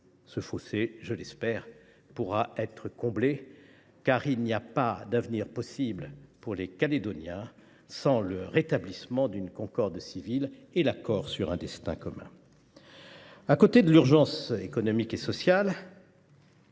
Ce fossé, je l’espère, pourra être comblé, car il n’y a pas d’avenir possible pour les Néo Calédoniens sans le rétablissement d’une concorde civile et l’accord sur un destin commun.